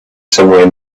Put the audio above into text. somewhere